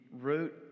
Wrote